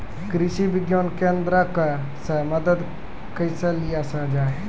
कृषि विज्ञान केन्द्रऽक से मदद कैसे लिया जाय?